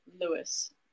lewis